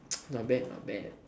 not bad not bad